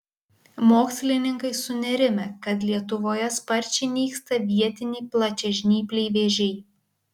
mokslininkai sunerimę kad lietuvoje sparčiai nyksta vietiniai plačiažnypliai vėžiai